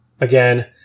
Again